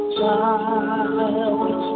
child